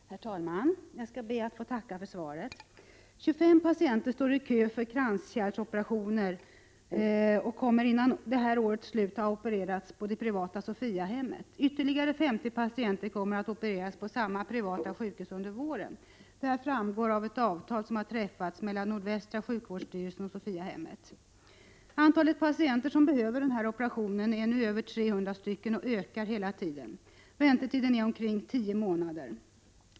Herr talman! Jag skall be att få tacka för svaret. 25 patienter står i kö för kranskärlsoperationer och kommer innan detta år är slut att ha opererats på det privata Sophiahemmet. Ytterligare 50 patienter kommer att opereras på samma privata sjukhus under våren. Detta framgår av ett avtal som har träffats mellan nordvästra sjukvårdsstyrelsen och Sophiahemmet. Antalet patienter som behöver denna typ av operation är nu över 300 stycken, och kön ökar hela tiden. Väntetiden är omkring tio månader.